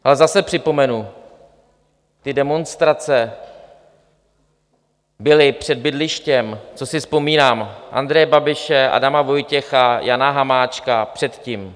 Ale zase připomenu, ty demonstrace byly před bydlištěm, co si vzpomínám, Andreje Babiše, Adama Vojtěcha, Jana Hamáčka předtím.